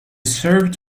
served